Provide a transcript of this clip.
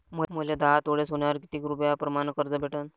मले दहा तोळे सोन्यावर कितीक रुपया प्रमाण कर्ज भेटन?